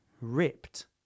ripped